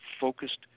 focused